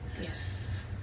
Yes